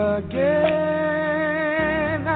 again